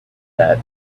that